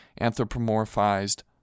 anthropomorphized